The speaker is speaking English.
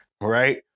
right